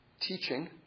teaching